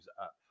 up